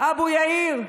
אבו יאיר,